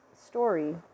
story